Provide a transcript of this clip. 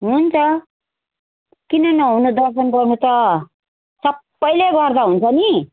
हुन्छ किन नहुनु दर्शन गर्नु त सबैले गर्दा हुन्छ नि